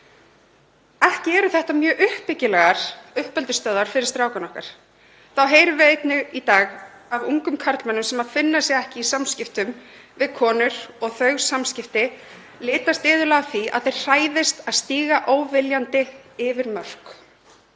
Ekki eru þetta mjög uppbyggilegar uppeldisstöðvar fyrir strákana okkar. Þá heyrum við einnig í dag af ungum karlmönnum sem finna sig ekki í samskiptum við konur og þau samskipti litast iðulega af því að þeir hræðist að stíga óviljandi yfir mörk.